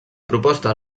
proposta